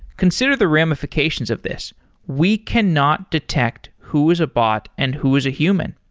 consider the ramifications of this we cannot detect who is a bot and who is a human.